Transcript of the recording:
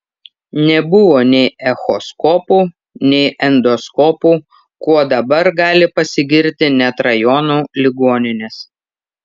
nebuvo nei echoskopų nei endoskopų kuo dabar gali pasigirti net rajonų ligoninės